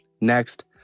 Next